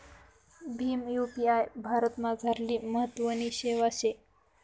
Bhim UPI भारतमझारली महत्वनी सेवा शे